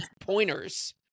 pointers